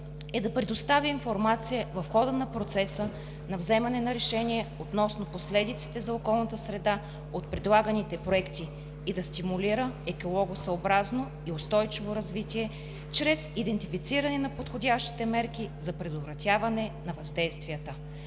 е да предостави информация в хода на процеса на вземане на решение относно последиците за околната среда от предлаганите проекти и да стимулира екологосъобразно и устойчиво развитие чрез идентифициране на подходящите мерки за предотвратяване на въздействията.